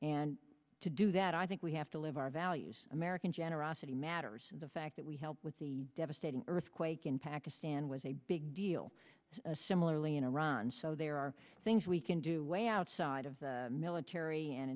and to do that i think we have to live our values american generosity matters the fact that we help with the devastating earthquake in pakistan was a big deal a similarly in iran so there are things we can do way outside of the military and